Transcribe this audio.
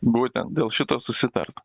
būtent dėl šito susitarta